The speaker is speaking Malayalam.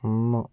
ഒന്ന്